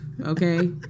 okay